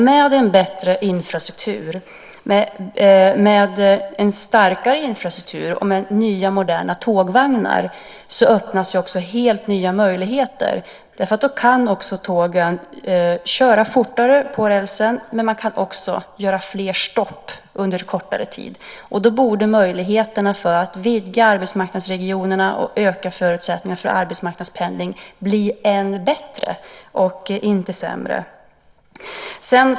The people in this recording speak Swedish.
Med en bättre och starkare infrastruktur och med nya, moderna tågvagnar öppnas helt nya möjligheter. Då kan tågen köra fortare på rälsen, men de kan också göra fler stopp under kortare tid. Då borde möjligheterna att vidga arbetsmarknadsregionerna och öka förutsättningarna för arbetsmarknadspendling bli än bättre och inte sämre.